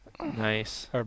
nice